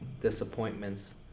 disappointments